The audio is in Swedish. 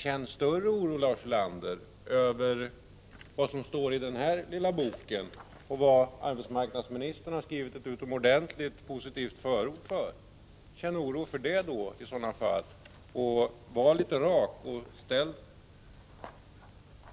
Känn större oro, Lars Ulander, över vad som står i den här lilla boken, till vilken arbetsmarknadsministern har skrivit ett utomordentligt positivt förord. Känn oro för det, var litet rak